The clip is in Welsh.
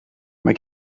mae